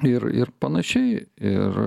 ir ir panašiai ir